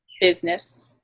business